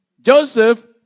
Joseph